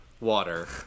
water